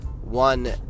one